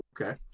Okay